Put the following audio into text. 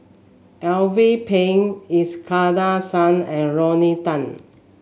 Alvin Pang Iskandar Shah and Lorna Tan